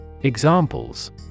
Examples